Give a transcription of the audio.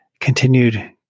Continued